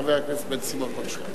חבר הכנסת בן-סימון, בבקשה.